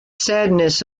sadness